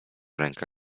ręka